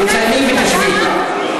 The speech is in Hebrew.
תצלמי ותשבי.